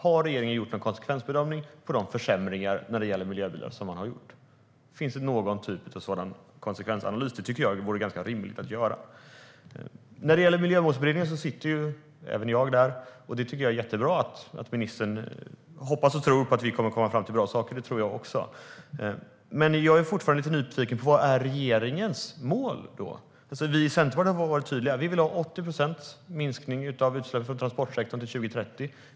Har regeringen gjort någon konsekvensanalys av de försämringar när det gäller miljöbilar som man har gjort? Finns det någon typ av sådana konsekvensanalyser? Jag tycker att det vore ganska rimligt att göra det. Även jag sitter i Miljömålsberedningen. Det är jättebra att ministern hoppas och tror att vi kommer att komma fram till bra saker. Det tror jag också. Men jag är fortfarande lite nyfiken på vad som är regeringens mål. Vi i Centerpartiet har varit tydliga. Vi vill ha 80 procents minskning av utsläppen från transportsektorn till 2030.